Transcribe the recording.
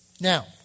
Now